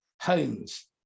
homes